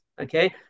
Okay